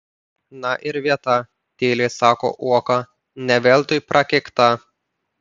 na ir vieta tyliai sako uoka ne veltui prakeikta